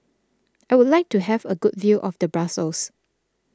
I would like to have a good view of the Brussels